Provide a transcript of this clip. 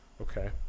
okay